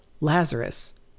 Lazarus